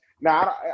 Now